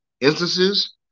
instances